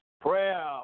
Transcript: Prayer